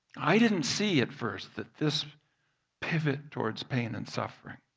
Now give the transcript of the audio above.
i did'n't see at first that this pivot towards pain and suffering